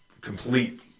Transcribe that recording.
complete